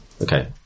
Okay